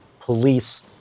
police